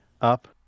up